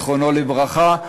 זיכרונו לברכה,